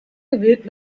gewillt